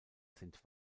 sind